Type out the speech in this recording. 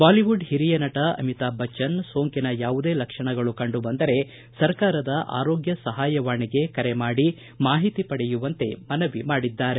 Bollywood ಹಿರಿಯ ನಟ ಅಮಿತಾಬ್ ಬಚ್ಚನ ಸೋಂಕಿನ ಯಾವುದೇ ಲಕ್ಷಣಗಳು ಕಂಡುಬಂದರೆ ಸರ್ಕಾರದ ಆರೋಗ್ಯ ಸಹಾಯವಾಣಿಗೆ ಕರೆ ಮಾಡಿ ಮಾಹಿತಿ ಪಡೆಯುವಂತೆ ಮನವಿ ಮಾಡಿದ್ದಾರೆ